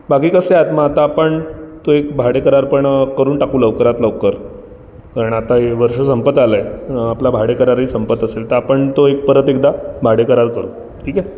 बाकी कसे मग आता आपण एक भाडेकरार पण करून टाकू लवकरात लवकर कारण आता हे वर्ष संपत आलं आहे आपला भाडे करारही संपत असेल तर आपण तो एक परत एकदा भाडेकरार करू ठीक आहे